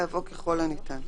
יבוא: "לא יאוחר מ-48 שעות".